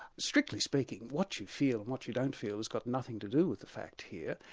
strictly speaking what you feel and what you don't feel has got nothing to do with the fact here,